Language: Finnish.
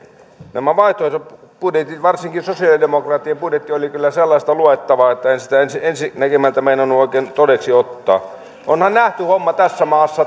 nämä vaihtoehtobudjetit varsinkin sosialidemokraattien budjetti olivat kyllä sellaista luettavaa että en sitä ensi ensi näkemältä meinannut oikein todeksi ottaa onhan se homma nähty tässä maassa